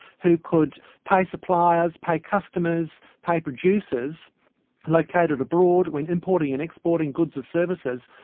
who could pay suppliers, pay customers, pay producers located abroad with importing and exporting goods and services,